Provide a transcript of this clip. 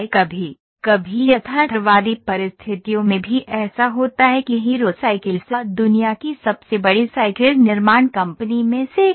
कभी कभी यथार्थवादी परिस्थितियों में भी ऐसा होता है कि हीरो साइकिल्स दुनिया की सबसे बड़ी साइकिल निर्माण कंपनी में से एक है